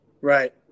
right